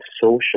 social